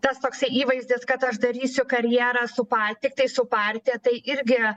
tas toksai įvaizdis kad aš darysiu karjerą su par tiktai su partija tai irgi